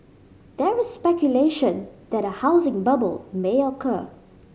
there is speculation that a housing bubble may occur